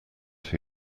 who